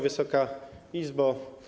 Wysoka Izbo!